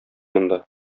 монда